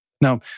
Now